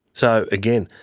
so again,